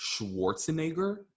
Schwarzenegger